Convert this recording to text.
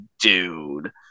dude